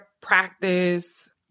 practice